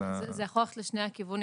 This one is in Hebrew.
זה יכול ללכת לשני הכיוונים.